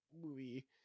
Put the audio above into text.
movie